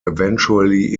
eventually